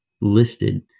listed